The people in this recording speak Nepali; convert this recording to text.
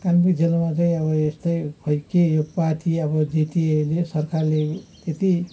कालिम्पोङ जिल्लामा चाहिँ अब यस्तै खोई के यो पार्टी अब जिटिएले सरकारले त्यति